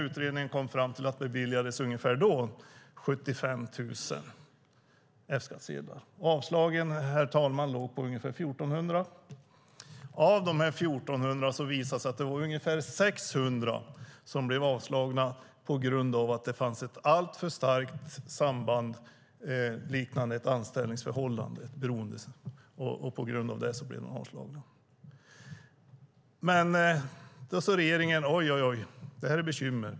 Utredningen kom fram till att det då beviljades ungefär 75 000 F-skattsedlar. Avslagen låg på ungefär 1 400. Av dessa 1 400 visade det sig att ungefär 600 ansökningar blev avslagna på grund av att det fanns ett alltför starkt samband som liknade ett anställningsförhållande. På grund av detta blev de avslagna. Regeringen sade då: Oj, oj, oj, detta är ett bekymmer.